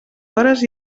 hores